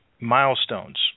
milestones